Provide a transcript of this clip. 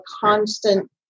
constant